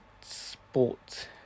sports